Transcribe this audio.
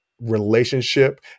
relationship